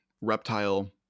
reptile